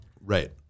Right